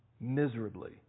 miserably